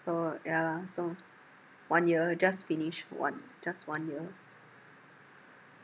so ya lah so one year just finished one just one year